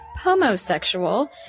homosexual